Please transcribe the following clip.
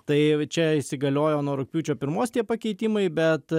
tai čia įsigaliojo nuo rugpjūčio pirmos tie pakeitimai bet